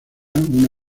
una